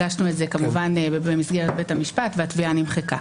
הגשנו את זה במסגרת בית המשפט והתביעה נמחקה.